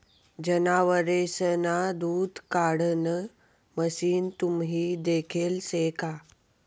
जनावरेसना दूध काढाण मशीन तुम्ही देखेल शे का?